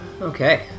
Okay